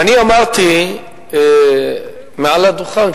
ואני אמרתי מעל הדוכן,